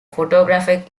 photographic